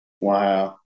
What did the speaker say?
Wow